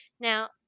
Now